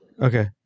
Okay